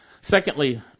Secondly